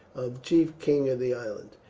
of chief king of the island.